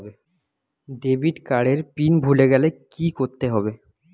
Debit card এর pin ভুলে গেলে কি করতে হবে?